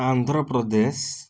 Andhra Pradesh